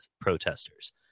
protesters